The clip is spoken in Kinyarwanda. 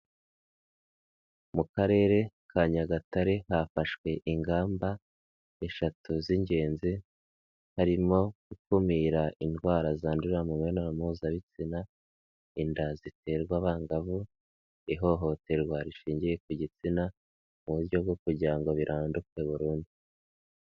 Mu karere ka Nyagatare hafashwe ingamba eshatu z'ingenzi, harimo gukumira indwara zandurira mu mibonano mpuzabitsina, inda ziterwa abangavu, ihohoterwa rishingiye ku gitsina, mu buryo bwo kugira ngo biranduke burundu.